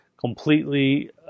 completely